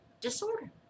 disorder